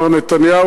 מר נתניהו,